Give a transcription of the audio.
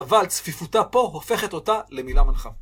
אבל צפיפותה פה הופכת אותה למילה מנחה.